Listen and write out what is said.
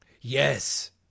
yes